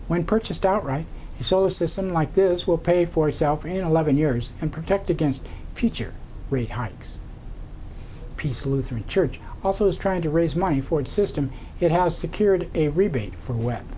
when purchased outright so a system like this will pay for itself in eleven years and protect against future rate hikes peace lutheran church also is trying to raise money for its system it has secured a rebate for we